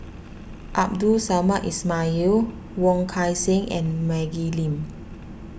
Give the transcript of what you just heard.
Abdul Samad Ismail Wong Kan Seng and Maggie Lim